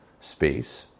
space